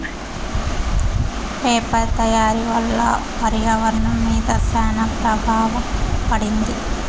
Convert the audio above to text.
paper తయారీ వల్ల పర్యావరణం మీద శ్యాన ప్రభావం పడింది